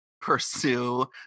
pursue